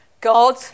God